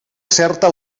certa